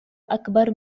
أكبر